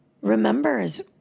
remembers